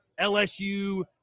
LSU